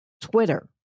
Twitter